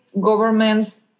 governments